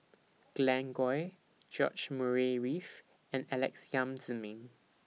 Glen Goei George Murray Reith and Alex Yam Ziming